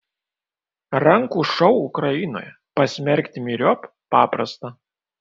rankų šou ukrainoje pasmerkti myriop paprasta